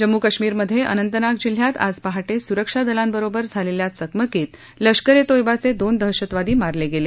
जम्मू कश्मीरमध्ये अनंतनाग जिल्ह्यात आज पहाटे सुरक्षा दलांबरोबर झालेल्या चकमकीत लश्कर ए तोयबाचे दोन दहशतवादी मारले गेले